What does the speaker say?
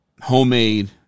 homemade